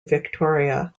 victoria